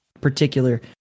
particular